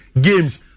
games